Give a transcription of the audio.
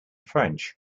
french